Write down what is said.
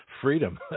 Freedom